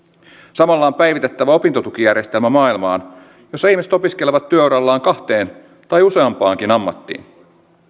samalla on päivitettävä opintotukijärjestelmä maailmaan jossa ihmiset opiskelevat työurallaan kahteen tai useampaankin ammattiin